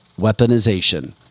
weaponization